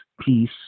peace